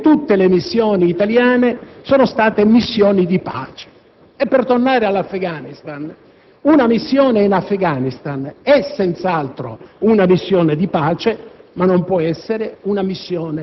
Si usa dire che la politica estera debba essere *bipartisan*. Questo per noi è un valore; lo è a maggior ragione nel momento in cui l'Italia